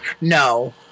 No